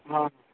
ହଁ